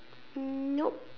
nope